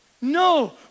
No